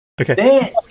Okay